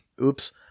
oops